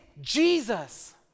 Jesus